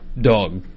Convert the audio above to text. dog